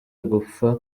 ugupfa